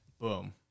boom